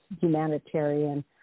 humanitarian